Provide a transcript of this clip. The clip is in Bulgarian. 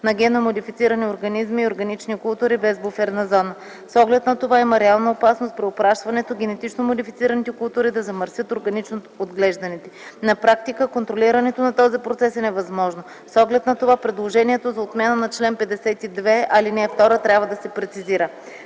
на генно модифицирани организми и органични култури без буферна зона. С оглед на това има реална опасност при опрашването, генетично модифицираните култури да замърсят органично отглежданите. На практика контролирането на този процес е невъзможно. С оглед на това, предложението за отмяна на чл. 52 ал. 2 трябва да се прецизира.